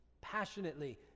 passionately